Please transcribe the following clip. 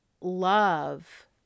love